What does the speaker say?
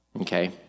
Okay